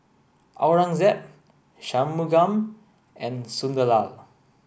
Aurangzeb Shunmugam and Sunderlal